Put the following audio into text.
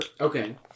Okay